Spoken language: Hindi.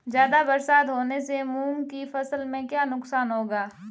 ज़्यादा बरसात होने से मूंग की फसल में क्या नुकसान होगा?